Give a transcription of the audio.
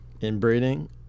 Inbreeding